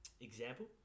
example